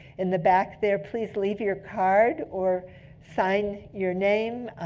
in the back, there please leave your card or sign your name,